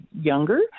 younger